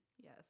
Yes